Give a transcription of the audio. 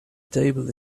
table